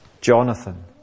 Jonathan